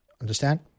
Understand